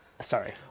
Sorry